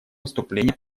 выступление